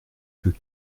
que